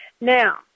Now